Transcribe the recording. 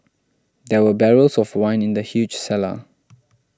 there were barrels of wine in the huge cellar